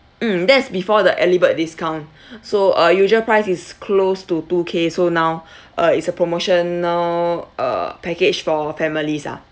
mm that is before the early bird discount so uh usual price is close to two K so now uh it's a promotional uh package for families ah